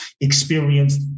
experienced